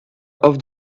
off